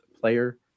player